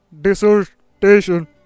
dissertation